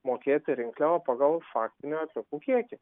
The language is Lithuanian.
mokėti rinkliavą pagal faktinį atliekų kiekį